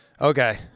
Okay